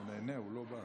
הוא נהנה, הוא לא בא.